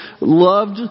Loved